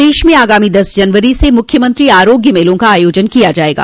प्रदेश में आगामी दस जनवरी से मुख्यमंत्री आरोग्य मेलों का आयोजन किया जायेगा